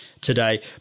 today